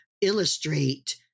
illustrate